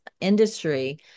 industry